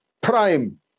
prime